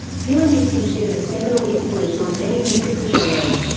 dylan is considered a seminal influence on many musical genres.